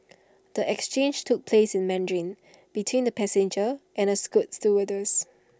the exchange took place in Mandarin between the passenger and A scoot stewardess